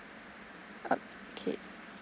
okay